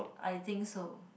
I think so